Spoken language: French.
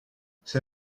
c’est